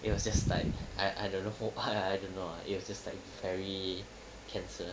it was just like I I don't know !wah! I don't know ah it was just like very cancer